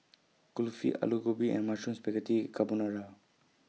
Kulfi Alu Gobi and Mushroom Spaghetti Carbonara